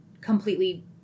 completely